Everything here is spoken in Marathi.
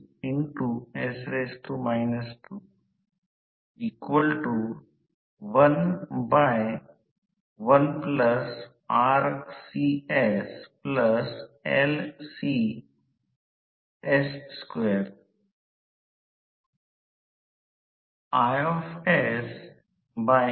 रोटर वारंवारता पहा आता रोटर चालू आहे प्रतिबाधा r2 j s X 2 r2 प्रतिरोध आहे परंतु ही प्रतिक्रिया वारंवारतेवर अवलंबून असते